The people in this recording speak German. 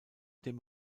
dem